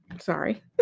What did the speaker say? sorry